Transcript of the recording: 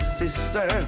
sister